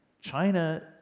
China